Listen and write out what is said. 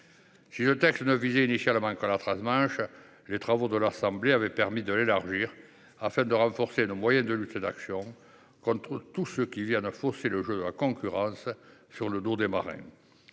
Si le texte ne visait initialement que le transmanche, les travaux de l'Assemblée nationale avaient permis d'étendre son champ d'application, afin de renforcer nos moyens de lutte et d'action contre tous ceux qui viennent fausser le jeu de la concurrence sur le dos des marins.